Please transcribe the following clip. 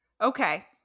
Okay